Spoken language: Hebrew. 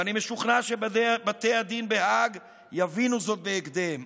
ואני משוכנע שבתי הדין בהאג יבינו זאת בהקדם.